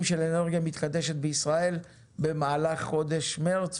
של אנרגיה מתחדשת בישראל במהלך חודש מרץ,